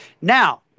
Now